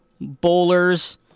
bowlers